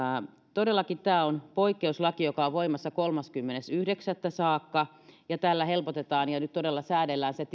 todellakin tämä on poikkeuslaki joka on voimassa kolmaskymmenes yhdeksättä saakka ja tällä helpotetaan ja nyt todella säädellään se